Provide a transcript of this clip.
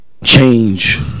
change